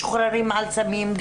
משוחררים על סמים,